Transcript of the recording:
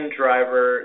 driver